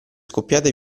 scoppiata